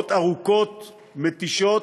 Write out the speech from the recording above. שעות ארוכות מתישות.